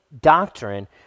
doctrine